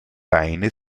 beine